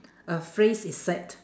a phrase is said